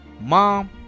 mom